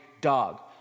dog